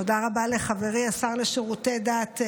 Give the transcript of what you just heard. תודה רבה לחברי השר לשירותי דת,